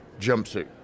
jumpsuit